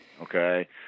Okay